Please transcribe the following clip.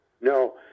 No